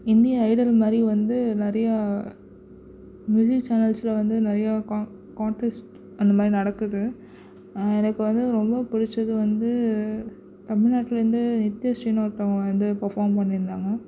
India Idol மாதிரி வந்து நிறையா மியூசிக் சேனல்ஸில் வந்து நிறையா கா கான்டஸ்ட் அந்த மாதிரி நடக்குது எனக்கு வந்து ரொம்ப பிடுச்சது வந்து தமிழ்நாட்டிலேருந்து நித்தியஸ்ரீன்னு ஒருத்தவங்க வந்து பர்ஃபார்ம் பண்ணியிருந்தாங்க